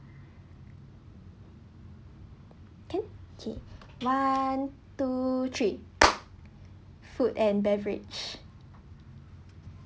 can K one two three food and beverage